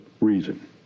reason